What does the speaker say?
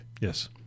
Yes